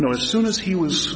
you know as soon as he was